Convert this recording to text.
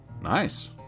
nice